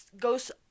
goes